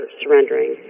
surrendering